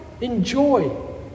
enjoy